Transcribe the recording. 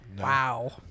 wow